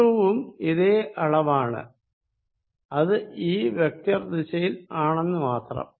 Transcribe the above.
F2 വും ഇതേ അളവാണ് അത് ഈ വെക്ടർ ദിശയിൽ ആണെന്ന് മാത്രം